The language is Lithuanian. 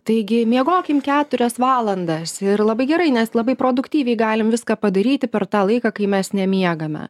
taigi miegokim keturias valandas ir labai gerai nes labai produktyviai galim viską padaryti per tą laiką kai mes nemiegame